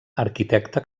arquitecte